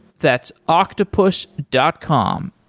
that's octopus dot com,